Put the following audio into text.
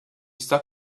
stuck